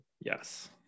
Yes